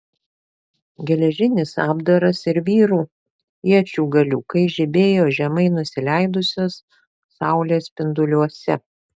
geležinis apdaras ir vyrų iečių galiukai žibėjo žemai nusileidusios saulės spinduliuose